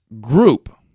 group